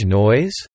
noise